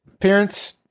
Parents